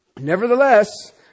Nevertheless